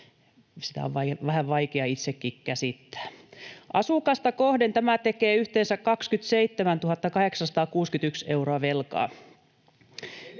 sitä on vähän vaikea itsenikin käsittää. Asukasta kohden tämä tekee yhteensä 27 861 euroa velkaa.